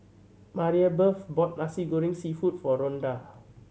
Maribeth bought Nasi Goreng Seafood for Rhonda